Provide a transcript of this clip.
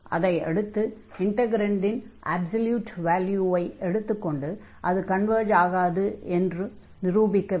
அதையடுத்து இன்டக்ரன்டின் அப்ஸல்யூட் வால்யுவை எடுத்துக்கொண்டு அது கன்வர்ஜ் ஆகாது என்றும் நிரூபிக்க வேண்டும்